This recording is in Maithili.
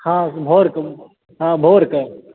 हँ भोर कऽ हँ भोर कऽ